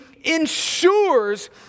ensures